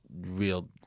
Real